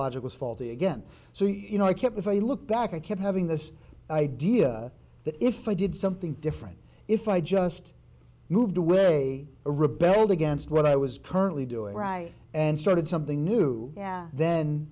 logic was faulty again so you know i kept if i look back i kept having this idea that if i did something different if i just moved away rebelled against what i was currently doing right and started something new